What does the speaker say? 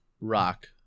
rock